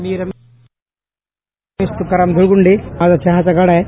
मी रमेश तुकाराम धुळगुंडे माझा चहाचा गाडा आहे